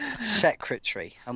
Secretary